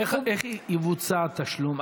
איך יבוצע התשלום?